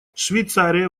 швейцария